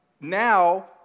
Now